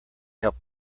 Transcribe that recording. help